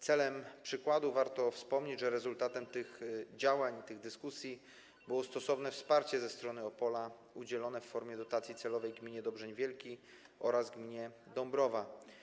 Celem przykładu warto wspomnieć, że rezultatem tych działań, tych dyskusji było stosowne wsparcie ze strony Opola udzielone w formie dotacji celowej gminie Dobrzeń Wielki oraz gminie Dąbrowa.